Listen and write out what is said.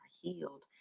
healed